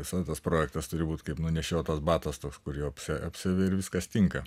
visada tas projektas turi būt kaip nunešiotas batas toks kur jau apsi apsiavi ir viskas tinka